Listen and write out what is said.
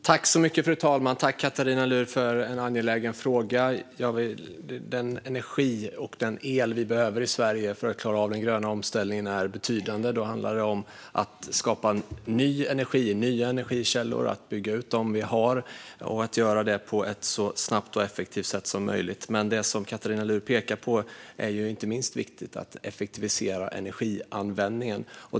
Fru talman! Tack, Katarina Luhr, för en angelägen fråga! Den mängd energi och el vi behöver i Sverige för att klara av den gröna omställningen är betydande. Det handlar om att skapa ny energi och nya energikällor samt bygga ut dem vi har och att göra detta på ett så snabbt och effektivt sätt som möjligt. Det som Katarina Luhr pekade på - att effektivisera energianvändningen - är inte minst viktigt.